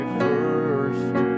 first